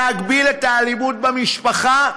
להגביל את האלימות במשפחה?